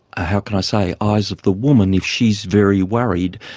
how can i say, eyes of the woman if she is very worried,